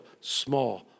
small